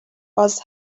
was